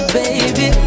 baby